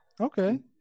okay